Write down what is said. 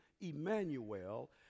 Emmanuel